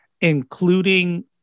including